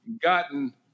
gotten